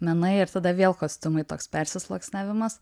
menai ir tada vėl kostiumai toks persisluoksniavimas